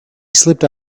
slipped